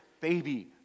baby